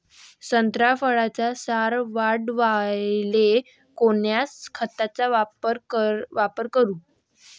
संत्रा फळाचा सार वाढवायले कोन्या खताचा वापर करू?